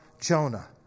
Jonah